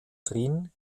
drin